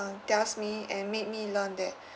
uh tells me and made me learn that